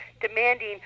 demanding